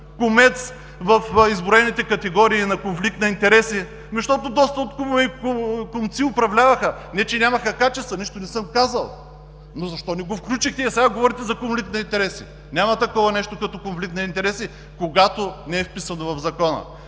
„кумец“ в изброените категории на конфликт на интереси? Защото доста „кумове“ и „кумци“ управляваха. Не че нямаха качества, нищо не съм казал, но защо не го включихте, а сега говорите за конфликт на интереси? Няма такова нещо като конфликт на интереси, когато не е вписано в Закона.